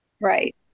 right